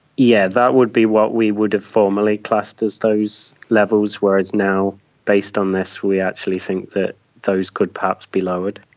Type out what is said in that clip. yeah, that would be what we would have formerly classed as those levels, whereas now based on this we actually think that those could perhaps be lowered.